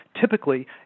typically